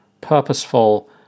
purposeful